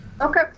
Okay